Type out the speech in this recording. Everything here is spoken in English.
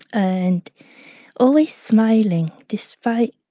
and always smiling despite